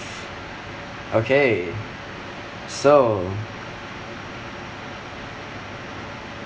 okay so